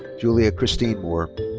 julia christine moore.